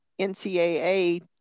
ncaa